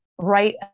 right